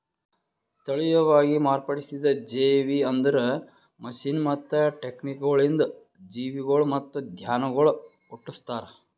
ತಳಿಯವಾಗಿ ಮಾರ್ಪಡಿಸಿದ ಜೇವಿ ಅಂದುರ್ ಮಷೀನ್ ಮತ್ತ ಟೆಕ್ನಿಕಗೊಳಿಂದ್ ಜೀವಿಗೊಳ್ ಮತ್ತ ಧಾನ್ಯಗೊಳ್ ಹುಟ್ಟುಸ್ತಾರ್